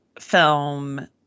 film